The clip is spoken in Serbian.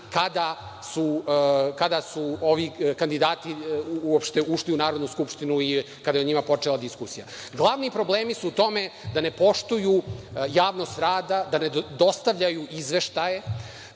kada su ovi kandidati uopšte ušli u Narodnu skupštinu i kada je o njima počela diskusija. Glavni problemi su u tome da ne poštuju javnost rada, da ne dostavljaju izveštaje,